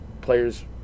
players